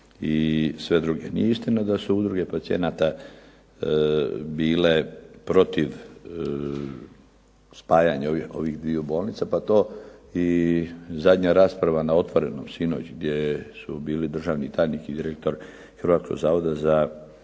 i sve druge. Nije istina da su udruge pacijenata bile protiv spajanja ovih dviju bolnica, pa to i zadnja rasprava na "Otvorenom" sinoć gdje du bili državni tajnik i direktor Hrvatskog zavoda za zdravstveno